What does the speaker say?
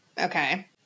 okay